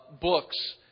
books